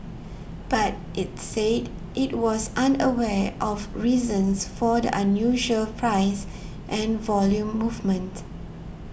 but it said it was unaware of reasons for the unusual price and volume movement